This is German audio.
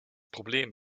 problem